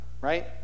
right